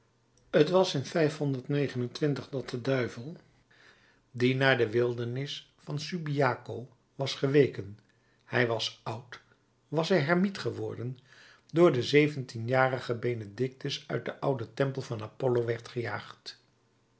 t was in dat de duivel die naar de wildernis van subiaco was geweken hij was oud was hij hermiet geworden door den zeventien jarigen benedictus uit den ouden tempel van apollo werd gejaagd